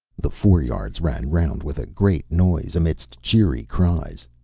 the foreyards ran round with a great noise, amidst cheery cries.